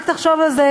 רק תחשוב על זה,